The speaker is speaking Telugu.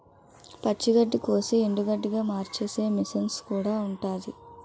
పచ్చి గడ్డికోసి ఎండుగడ్డిగా మార్చేసే మిసన్ కూడా ఉంటాది